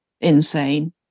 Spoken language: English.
insane